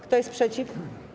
Kto jest przeciw?